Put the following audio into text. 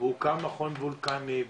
והוקם מכון וולקני,